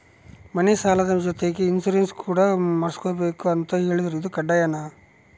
ಮನೆ ಸಾಲದ ಜೊತೆಗೆ ಇನ್ಸುರೆನ್ಸ್ ಕೂಡ ಮಾಡ್ಸಲೇಬೇಕು ಅಂತ ಹೇಳಿದ್ರು ಇದು ಕಡ್ಡಾಯನಾ?